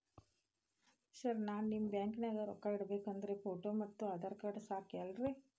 Sir ನಾನು ನಿಮ್ಮ ಬ್ಯಾಂಕನಾಗ ರೊಕ್ಕ ಇಡಬೇಕು ಅಂದ್ರೇ ಫೋಟೋ ಮತ್ತು ಆಧಾರ್ ಕಾರ್ಡ್ ಸಾಕ ಅಲ್ಲರೇ?